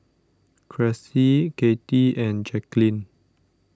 Cressie Kathy and Jaqueline